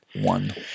one